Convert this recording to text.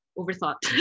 overthought